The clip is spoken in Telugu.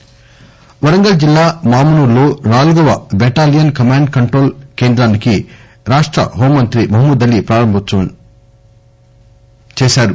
మహమూద్ అలీ వరంగల్ జిల్లా మామునూర్ లో నాలుగో బెటాలియన్ కమాండ్ కంట్రోల్ కేంద్రానికి రాష్ట హోం మంత్రి మహమూద్ అలీ ప్రారంభోత్సవం చేస్తారు